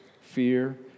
fear